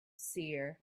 seer